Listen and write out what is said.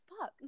fuck